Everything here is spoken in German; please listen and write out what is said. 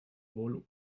wohl